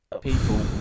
people